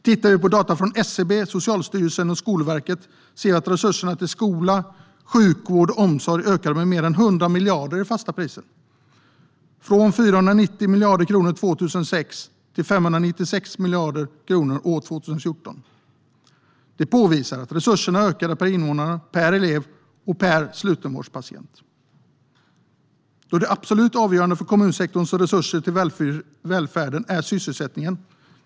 Tittar vi på data från SCB, Socialstyrelsen och Skolverket ser vi att resurserna till skola, sjukvård och omsorg ökade med mer än 100 miljarder i fasta priser, från 490 miljarder kronor år 2006 till 596 miljarder kronor år 2014. Det visar att resurserna ökade per invånare, per elev och per slutenvårdspatient. Det absolut avgörande för kommunsektorns resurser till välfärden är sysselsättningen.